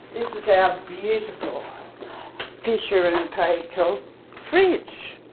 this is our beautiful fisher and and paykel fridge,